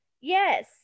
yes